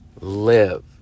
live